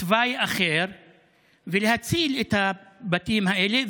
בתוואי אחר ולהציל את הבתים האלה?